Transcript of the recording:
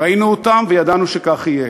ראינו אותם וידענו שכך יהיה.